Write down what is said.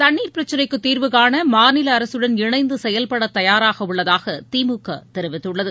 தன்ணீர் பிரச்சினைக்கு தீர்வுகாண மாநில அரசுடன் இணைந்து செயல்பட தயாராக உள்ளதாக திமுக தெரிவித்துள்ளது